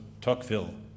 Tocqueville